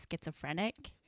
schizophrenic